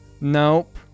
Nope